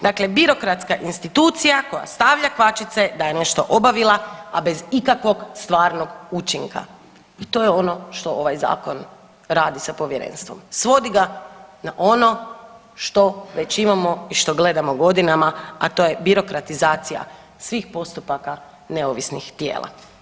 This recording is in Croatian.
Dakle, birokratska institucija koja stavlja kvačice da je nešto obavila a bez ikakvog stvarnog učinka i to je ono što ovaj zakon radi sa povjerenstvom svodi ga na ono što već imamo i što gledamo godinama, a to je birokratizacija svih postupaka neovisnih tijela.